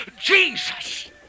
jesus